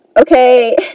okay